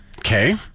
Okay